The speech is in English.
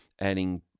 adding